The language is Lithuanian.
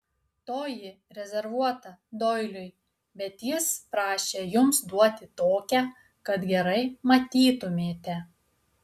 toji rezervuota doiliui bet jis prašė jums duoti tokią kad gerai matytumėte